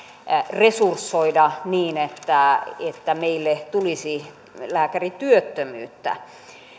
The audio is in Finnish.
resursoida niin että että meille tulisi lääkärityöttömyyttä